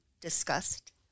discussed